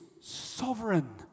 sovereign